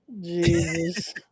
Jesus